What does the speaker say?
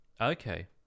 Okay